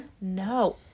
no